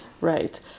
Right